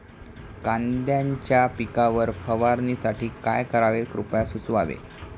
कांद्यांच्या पिकावर फवारणीसाठी काय करावे कृपया सुचवावे